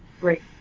Great